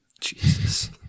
Jesus